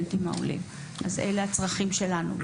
אלו הצרכים שלנו.